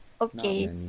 okay